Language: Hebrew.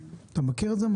משה, אתה מכיר את זה?